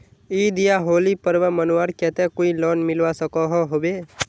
ईद या होली पर्व मनवार केते कोई लोन मिलवा सकोहो होबे?